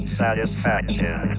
satisfaction